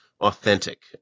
authentic